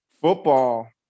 football